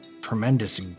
tremendous